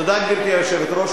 תודה, גברתי היושבת-ראש.